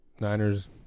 Niners